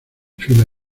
fila